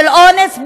של אונס,